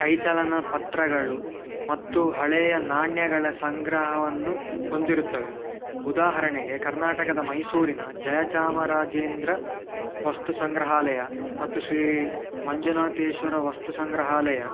ಕೈಚಲನ ಪತ್ರಗಳು ಮತ್ತು ಹಳೆಯ ನಾಣ್ಯಗಳ ಸಂಗ್ರಹವನ್ನು ಹೊಂದಿರುತ್ತವೆ ಉದಾಹರಣೆಗೆ ಕರ್ನಾಟಕದ ಮೈಸೂರಿನ ಜಯಚಾಮರಾಜೇಂದ್ರ ವಸ್ತು ಸಂಗ್ರಹಾಲಯ ಮತ್ತು ಶ್ರೀ ಮಂಜುನಾಥೇಶ್ವರ ವಸ್ತು ಸಂಗ್ರಹಾಲಯ